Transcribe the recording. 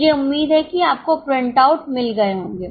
मुझे उम्मीद है कि आपको प्रिंटआउट मिल गए होंगे